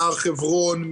מהר חברון,